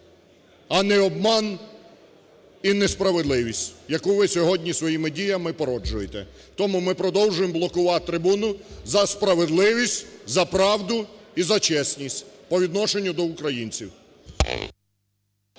а не обман і несправедливість, яку ви сьогодні своїми діями породжуєте. Тому ми продовжуємо блокувати трибуну за справедливість, за правду і за чесність по відношенню до українців.